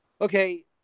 okay